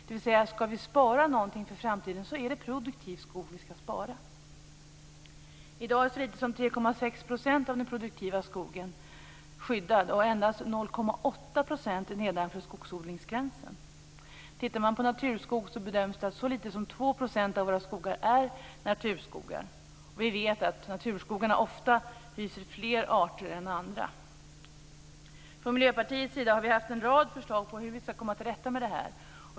Det innebär att om vi skall spara något för framtiden så är det produktiv skog. I dag är så lite som 3,6 % av den produktiva skogen skyddad och endast 0,8 % nedanför skogsodlingsgränsen. Om man tittar på naturskog bedöms det att så lite som 2 % av våra skogar är naturskogar. Och vi vet att naturskogarna ofta hyser fler arter än andra. Från Miljöpartiets sida har vi haft en rad förslag på hur vi skall komma till rätta med detta.